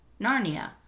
Narnia